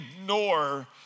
ignore